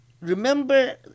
remember